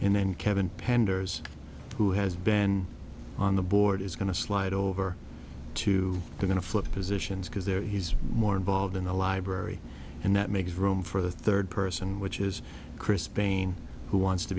and then kevin panders who has been on the board is going to slide over to going to flip positions because there he's more involved in the library and that makes room for the third person which is chris payne who wants to